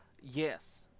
Yes